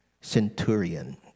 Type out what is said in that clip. centurion